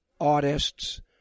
artists